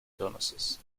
bonuses